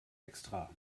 extra